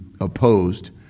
opposed